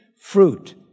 fruit